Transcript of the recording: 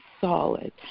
solid